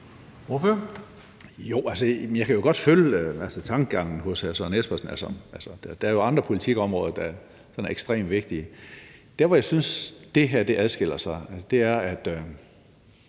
Jo, jeg kan jo godt følge tankegangen hos hr. Søren Espersen. Der er jo andre politiske områder, der er ekstremt vigtige. Men jeg synes, at det her adskiller sig, uanset at